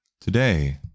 Today